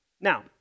Now